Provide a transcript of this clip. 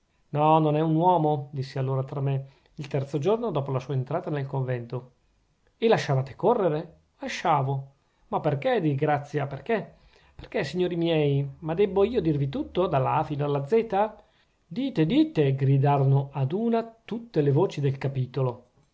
no non è un uomo dissi allora tra me il terzo giorno dopo la sua entrata nel convento e lasciavate correre lasciavo ma perchè di grazia perchè perchè signori miei ma debbo io dirvi tutto dall'a fino alla zeta dite dite gridarono ad una tutte le voci del capitolo